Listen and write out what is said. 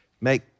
make